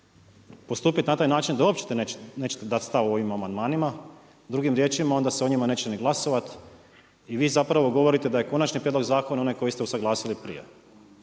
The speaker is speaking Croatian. postupiti na taj način da uopće nećete dati stav o ovim amandmanima? Drugim riječima onda se o njima neće ni glasovati i vi zapravo govorite da je konačni prijedlog zakona onaj koji ste usuglasili prije.